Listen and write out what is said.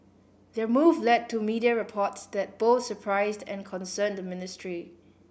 their move led to media reports that both surprised and concerned the ministry